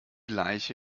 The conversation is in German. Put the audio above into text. leiche